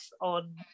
on